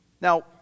Now